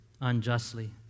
unjustly